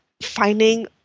finding